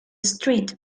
street